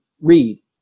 read